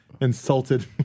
insulted